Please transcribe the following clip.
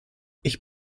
ich